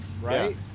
right